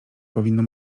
powinno